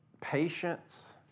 Patience